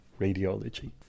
radiology